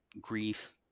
grief